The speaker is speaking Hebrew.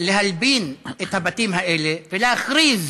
להלבין את הבתים האלה ולהכריז